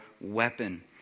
weapon